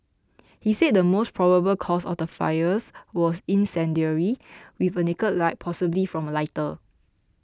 he said the most probable cause of the fires was incendiary with a naked light possibly from a lighter